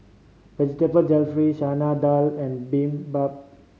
Vegetable Jalfrezi Chana Dal and